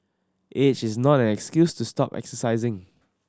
age is not an excuse to stop exercising